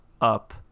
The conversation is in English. up